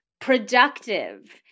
productive